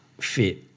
fit